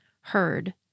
heard